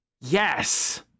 Yes